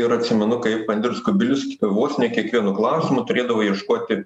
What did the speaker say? ir atsimenu kaip andrius kubilius vos ne kiekvienu klausimu turėdavo ieškoti